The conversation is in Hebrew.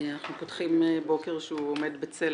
אנחנו פותחים בוקר שהוא עומד בצל